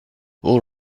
all